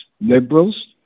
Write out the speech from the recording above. liberals